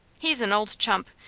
he's an old chump!